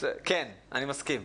אני מסכים.